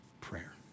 prayer